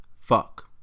Fuck